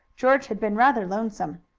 george had been rather lonesome.